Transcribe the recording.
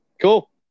Cool